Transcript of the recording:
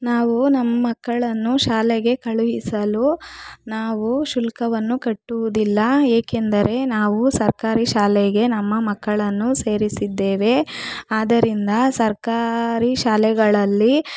ನಾವು ನಮ್ಮ ಮಕ್ಕಳನ್ನು ಶಾಲೆಗೆ ಕಳುಹಿಸಲು ನಾವು ಶುಲ್ಕವನ್ನು ಕಟ್ಟುವುದಿಲ್ಲ ಏಕೆಂದರೆ ನಾವು ಸರ್ಕಾರಿ ಶಾಲೆಗೆ ನಮ್ಮ ಮಕ್ಕಳನ್ನು ಸೇರಿಸಿದ್ದೇವೆ ಆದ್ದರಿಂದ ಸರ್ಕಾರಿ ಶಾಲೆಗಳಲ್ಲಿ